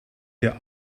der